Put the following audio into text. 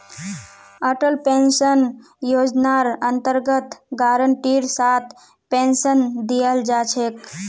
Atal pension योजनार अन्तर्गत गारंटीर साथ पेन्शन दीयाल जा छेक